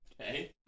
Okay